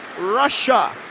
Russia